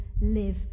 live